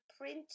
print